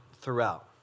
throughout